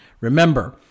Remember